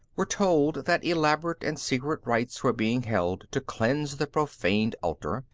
were told that elaborate and secret rites were being held to cleanse the profaned altar,